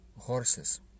horses